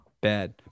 bad